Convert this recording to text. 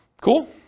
Cool